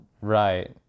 Right